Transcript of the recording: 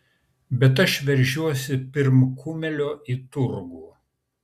bet aš veržiuosi pirm kumelio į turgų